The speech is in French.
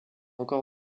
encore